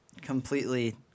completely